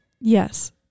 Yes